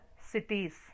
cities